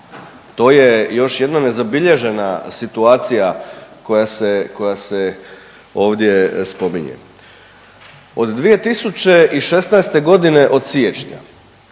To je još jedna nezabilježena situacija koja se ovdje spominje. Od 2016. g. od siječnja